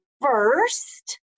first